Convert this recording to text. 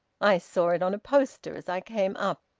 i saw it on a poster as i came up.